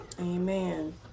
Amen